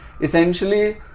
essentially